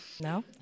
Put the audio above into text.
No